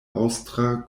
aŭstra